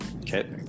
Okay